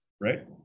Right